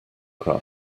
cry